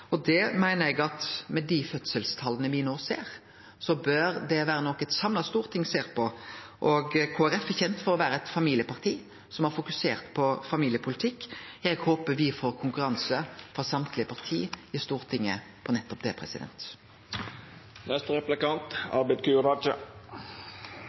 no ser, meiner eg at det bør vere noko eit samla storting ser på. Kristeleg Folkeparti er kjent for å vere eit familieparti som har fokusert på familiepolitikk. Eg håper me får konkurranse frå alle parti på Stortinget om nettopp det.